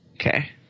Okay